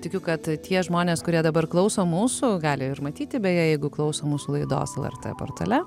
tikiu kad tie žmonės kurie dabar klauso mūsų gali ir matyti beje jeigu klauso mūsų laidos lrt portale